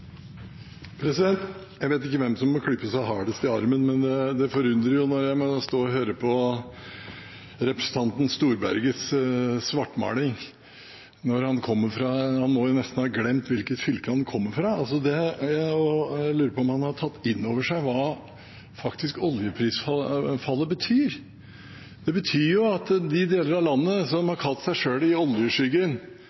Jeg vet ikke hvem som må klype seg hardest i armen, men det forundrer meg å høre på representanten Storbergets svartmaling. Han må nesten ha glemt hvilket fylke han kommer fra. Jeg lurer på om han har tatt inn over seg hva oljeprisfallet faktisk betyr. Det betyr at de deler av landet som